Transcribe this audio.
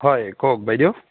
হয় কওক বাইদেউ